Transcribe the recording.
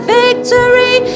victory